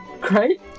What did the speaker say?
great